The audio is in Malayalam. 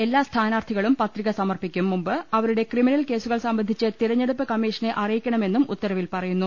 എല്ലാ സ്ഥാനാർത്ഥികളും പത്രിക സമർപ്പിക്കും മുമ്പ് അവരുടെ ക്രിമിനൽ കേസുകൾ സ്ംബന്ധിച്ച് തെരഞ്ഞെടുപ്പ് കമ്മീഷനെ അറിയിക്കണമെന്നും ഉത്തരവിൽ പറയുന്നു